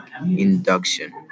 induction